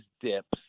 dips